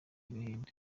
agahinda